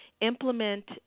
implement